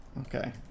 okay